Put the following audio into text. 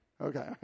Okay